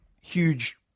huge